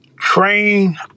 train